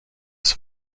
his